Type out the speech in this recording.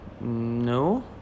No